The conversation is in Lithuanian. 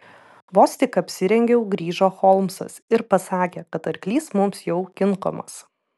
vos tik apsirengiau grįžo holmsas ir pasakė kad arklys mums jau kinkomas